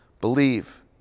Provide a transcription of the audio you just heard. Believe